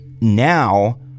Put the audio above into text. Now